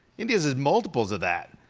india's is multiples of that.